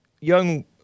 young